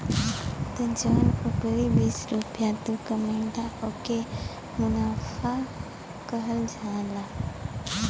त जौन उपरी बीस रुपइया तू कमइला ओके मुनाफा कहल जाला